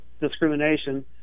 discrimination